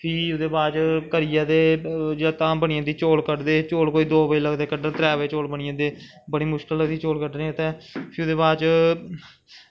फ्ही ओह्दै बाद च करियै ते धाम बनी जंदी चौल कड्डदे चौल कोई दो बज़े लगदे कड्डन कोई त्रै बज़े बनी जंदे बड़ी मुश्कल लगदी चौल कड्डनें गी ते फ्ही ओह्दे बाद च